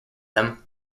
them